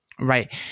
Right